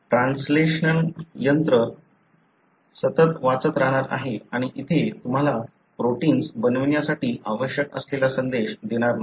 translation यंत्र सतत वाचत राहणार आहे आणि इथे तुम्हाला प्रोटिन्स बनवण्यासाठी आवश्यक असलेला संदेश देणार नाही